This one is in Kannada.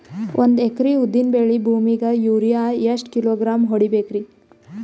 ಒಂದ್ ಎಕರಿ ಉದ್ದಿನ ಬೇಳಿ ಭೂಮಿಗ ಯೋರಿಯ ಎಷ್ಟ ಕಿಲೋಗ್ರಾಂ ಹೊಡೀಬೇಕ್ರಿ?